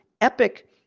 epic